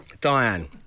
Diane